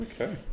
Okay